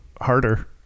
harder